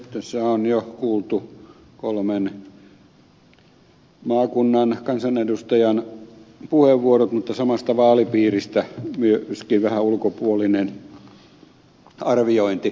tässä on kuultu jo kolmen maakuntakansanedustajan mutta samasta vaalipiiristä olevien puheenvuorot tässä myöskin vähän ulkopuolinen arviointi